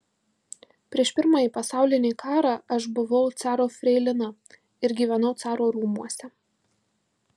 prieš pirmąjį pasaulinį karą aš buvau caro freilina ir gyvenau caro rūmuose